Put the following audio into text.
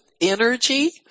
energy